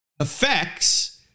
effects